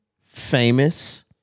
famous